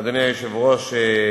אדוני היושב-ראש,